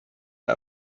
der